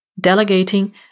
delegating